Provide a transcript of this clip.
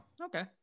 okay